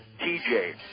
TJ